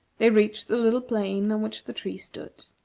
they reached the little plain on which the tree stood.